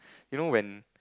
you know when